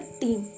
team